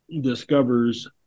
discovers